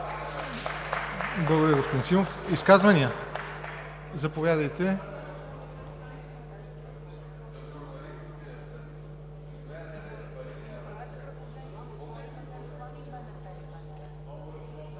Благодаря, господин Симов. Изказвания? Заповядайте за